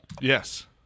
Yes